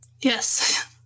Yes